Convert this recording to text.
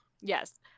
Yes